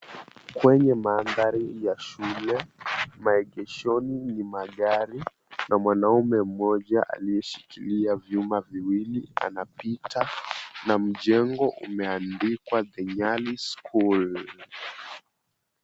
Kwenye mandhari ya shule maegeshoni ni magari, kuna mwanaume mmoja aliyeshikilia vyuma viwili anapita na mjengo umeandikwa, The Nyali School.